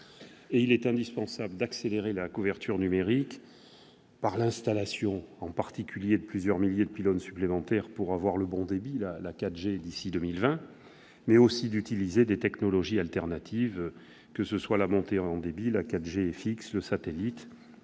Il est indispensable d'accélérer la couverture numérique par l'installation en particulier de plusieurs milliers de pylônes supplémentaires pour avoir le bon débit- la 4G d'ici à 2020 -, mais aussi d'utiliser des technologies alternatives, que ce soit la montée en débit, la 4G fixe, le satellite.